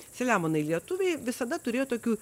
selemonai lietuviai visada turėjo tokių